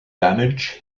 damage